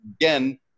again